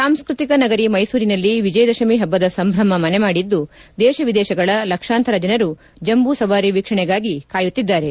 ಸಾಂಸ್ಕೃತಿಕ ನಗರಿ ಮೈಸೂರಿನಲ್ಲಿ ವಿಜಯದಶಮಿ ಹಬ್ಬದ ಸಂಭ್ರಮ ಮನೆಮಾಡಿದ್ದು ದೇಶ ವಿದೇಶಗಳ ಲಕ್ಷಾಂತರ ಜನರು ಜಂಬೂ ಸವಾರಿ ವೀಕ್ಷಣೆಗಾಗಿ ಕಾಯುತ್ತಿದ್ದಾರೆ